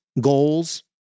goals